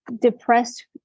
depressed